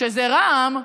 שזה רע"מ,